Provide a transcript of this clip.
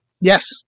Yes